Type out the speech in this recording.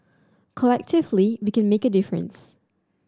collectively we can make a difference